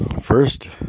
first